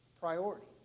priority